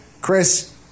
Chris